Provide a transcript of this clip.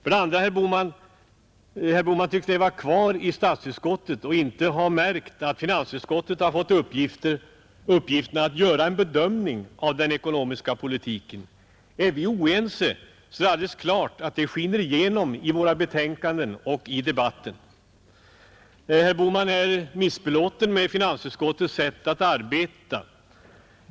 Vidare tycks herr Bohman leva kvar i statsutskottet och inte ha märkt att finansutskottet har fått uppgiften att göra en bedömning av den ekonomiska politiken, Är vi oense, är det alldeles klart att detta skiner igenom i våra betänkanden och i debatten. Herr Bohman är missbelåten med finansutskottets sätt att arbeta.